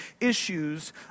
issues